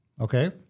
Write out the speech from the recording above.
okay